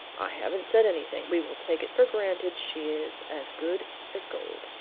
i haven't said anything, we will take it for granted she is as good as gold,